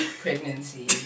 pregnancy